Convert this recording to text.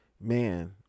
man